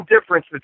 difference